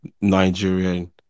Nigerian